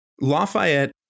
Lafayette